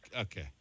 Okay